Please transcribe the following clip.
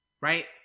right